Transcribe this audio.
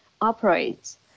operates